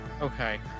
Okay